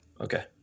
Okay